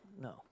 no